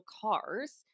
cars